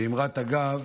באמרת אגב: